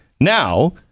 Now